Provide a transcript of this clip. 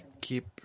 keep